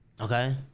Okay